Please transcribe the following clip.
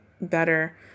better